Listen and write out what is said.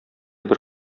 бер